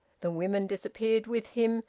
the women disappeared with him,